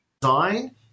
design